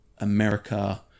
America